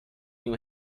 new